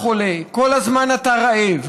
כל הזמן אתה חולה, כל הזמן אתה רעב.